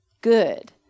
good